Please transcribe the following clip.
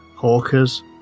hawkers